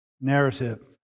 narrative